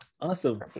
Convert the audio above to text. awesome